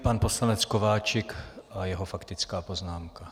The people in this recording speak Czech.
Pan poslanec Kováčik a jeho faktická poznámka.